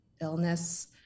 illness